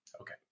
Okay